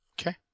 Okay